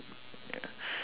ya